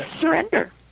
Surrender